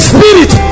Spirit